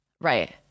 Right